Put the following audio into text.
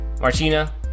martina